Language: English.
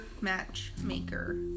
Matchmaker